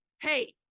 hey